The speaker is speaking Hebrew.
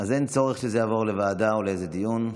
------ אז אין צורך שזה יעבור לוועדה או לאיזה דיון.